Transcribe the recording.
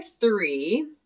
three